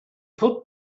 put